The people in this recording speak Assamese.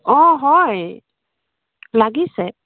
অঁ হয় লাগিছে